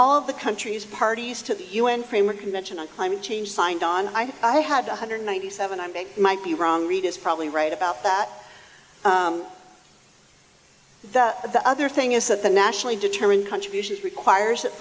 all of the countries parties to the u n framework convention on climate change signed on i had one hundred ninety seven i make might be wrong reed is probably right about that but the other thing is that the nationally determine contribution requires